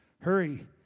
hurry